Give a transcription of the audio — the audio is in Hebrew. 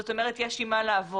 זאת אומרת יש עם מה לעבוד.